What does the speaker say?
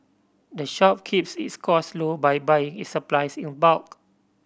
the shop keeps its costs low by buying its supplies in a bulk